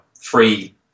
free